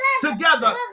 together